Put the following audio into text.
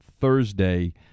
Thursday